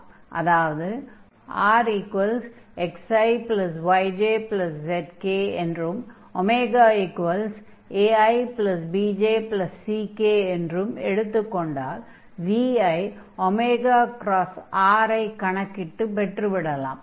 அதாவது rxiyjzk என்றும் aibjck என்றும் எடுத்துக் கொண்டால் v ஐ r ஐ கணக்கிட்டு பெற்றுவிடலாம்